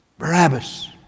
Barabbas